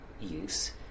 use